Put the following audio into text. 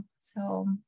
So-